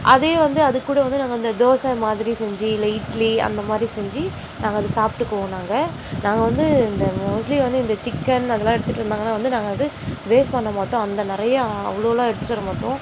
அதே வந்து அது கூட வந்து நாங்கள் இந்த தோசை மாதிரி செஞ்சு இல்லை இட்லி அந்த மாதிரி செஞ்சு நாங்கள் அதை சாப்பிட்டுக்குவோம் நாங்கள் நாங்கள் வந்து இந்த மோஸ்ட்லி வந்து இந்த சிக்கன் அதெல்லாம் எடுத்துகிட்டு வந்தாங்கன்னால் வந்து நாங்கள் வந்து வேஸ்ட் பண்ண மாட்டோம் அந்த நிறையா அவ்வளோலாம் எடுத்துகிட்டு வர மாட்டோம்